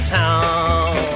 town